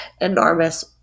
enormous